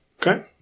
Okay